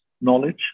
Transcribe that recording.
knowledge